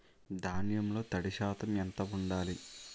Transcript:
ధాన్యంలో తడి శాతం ఎంత ఉండాలి?